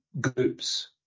groups